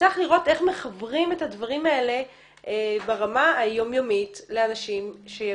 צריך לראות איך מחברים את הדברים האלה ברמה היום-יומית לאנשים שיבינו.